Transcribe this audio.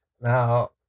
Now